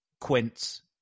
Quince